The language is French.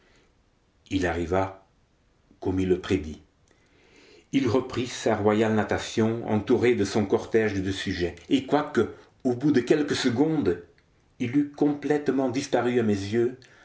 il arriva comme il le prédit il reprit sa royale natation entouré de son cortège de sujets et quoiqu'au bout de quelques secondes il eût complètement disparu à mes yeux